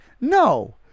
no